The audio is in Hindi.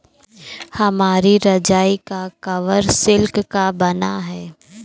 हमारी रजाई का कवर सिल्क का बना है